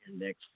next